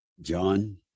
John